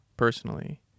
personally